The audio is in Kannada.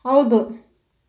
ಹೌದು